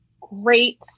great